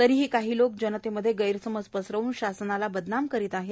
तरीही काही लोक जनतेमध्ये गैरसमज पसरवून शासनाला बदनाम करीत आहे